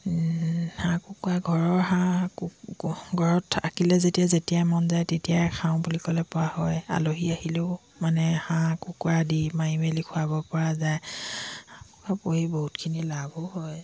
হাঁহ কুকুৰা ঘৰৰ হাঁহ কু ঘৰত থাকিলে যেতিয়া যেতিয়াই মন যায় তেতিয়াই খাওঁ বুলি ক'লে পোৱা হয় আলহী আহিলেও মানে হাঁহ কুকুৰা দি মাৰি মেলি খুৱাব পৰা যায় পুহি বহুতখিনি লাভো হয়